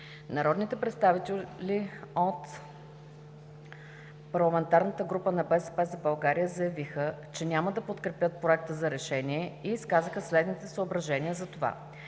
Народните представители от парламентарната група на „БСП за България” заявиха, че няма да подкрепят Проекта за решение и изказаха следните съображения за това: